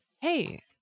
hey